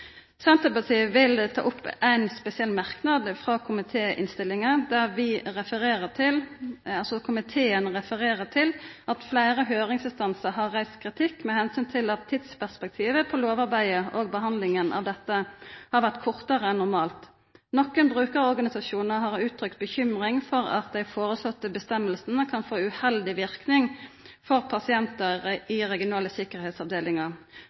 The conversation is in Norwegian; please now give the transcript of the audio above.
Senterpartiet vil ta opp ein spesiell merknad frå innstillinga, der komiteen refererer til at fleire høyringsinstansar har reist kritikk med omsyn til at tidsperspektivet på lovarbeidet og behandlinga av dette har vore kortare enn normalt. Nokre brukerorganisasjonar har uttrykt si bekymring for at dei foreslåtte føresegnene kan få ein uheldig verknad for pasientar i regionale sikkerheitsavdelingar.